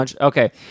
Okay